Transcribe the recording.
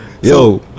yo